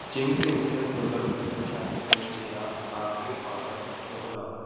Ching's instant noodles ਨੂੰ ਛੱਡ ਕੇ ਮੇਰਾ ਆਖਰੀ ਆਰਡਰ ਦੁਹਰਾਓ